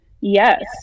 Yes